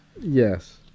Yes